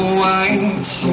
white